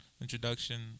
introduction